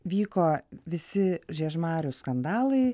vyko visi žiežmarių skandalai